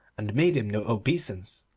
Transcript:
and made him no obeisance.